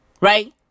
Right